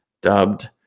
dubbed